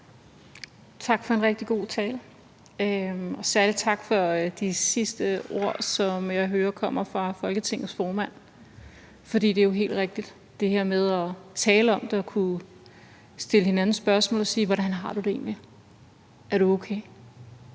Tak for en rigtig god tale, og særlig tak for de sidste ord, som jeg hører kommer fra Folketingets formand. For det er helt rigtigt, altså det her med tale om det og kunne stille hinanden spørgsmål: Hvordan har du det egentlig, er du okay,